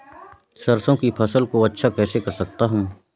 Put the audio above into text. सरसो की फसल को अच्छा कैसे कर सकता हूँ?